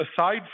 aside